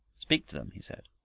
speak to them, he said.